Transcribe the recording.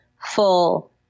full